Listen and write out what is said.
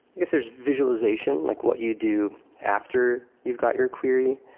guess there's visualization, like what you do after you've got your query.